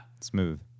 Smooth